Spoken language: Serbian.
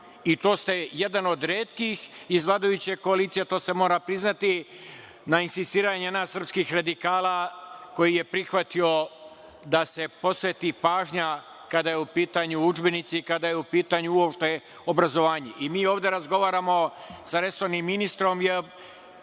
I, to ste jedan od retkih iz vladajuće koalicije, to se mora priznati, na insistiranje nas srpskih radikala, koji je prihvatio da se posveti pažnja kada su u pitanju udžbenici, kada je u pitanju uopšte obrazovanje. Mi ovde razgovaramo sa resornim ministrom.